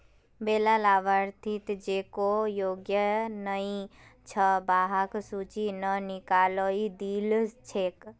वैला लाभार्थि जेको योग्य नइ छ वहाक सूची स निकलइ दिल छेक